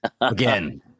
again